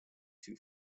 too